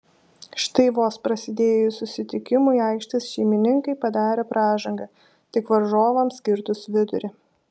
štai vos prasidėjus susitikimui aikštės šeimininkai padarė pražangą tik varžovams kirtus vidurį